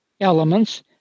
elements